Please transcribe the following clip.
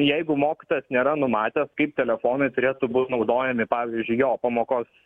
jeigu mokytojas nėra numatęs kaip telefonai turėtų būt naudojami pavyzdžiui jo pamokos